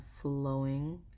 flowing